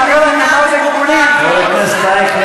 גם לגבר, אבל בעיקר לנשים,